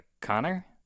Connor